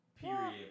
period